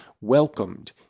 welcomed